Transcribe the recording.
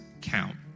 count